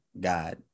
God